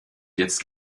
jetzt